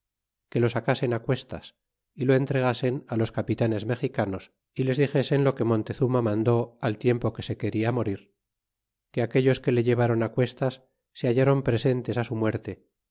que lo sacasen á cuestas y lo entregasen á los capitanes mexicanos y les dixesen lo que montezuma mandó al tiempo que se quena morir que aquellos que le llevaron á cuestas se hallaron presentes á su muerte